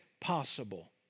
possible